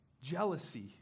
Jealousy